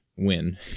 win